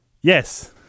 yes